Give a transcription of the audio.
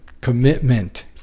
commitment